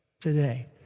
today